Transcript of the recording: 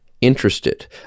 interested